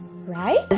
right